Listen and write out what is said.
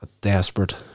desperate